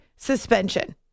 Suspension